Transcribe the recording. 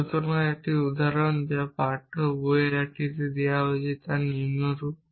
সুতরাং একটি উদাহরণ যা পাঠ্য বইয়ের একটিতে দেওয়া হয়েছে তা নিম্নরূপ